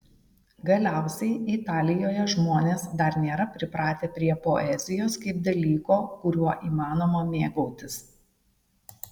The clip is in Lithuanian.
galiausiai italijoje žmonės dar nėra pripratę prie poezijos kaip dalyko kuriuo įmanoma mėgautis